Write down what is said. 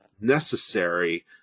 necessary